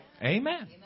Amen